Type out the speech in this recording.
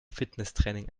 fitnesstraining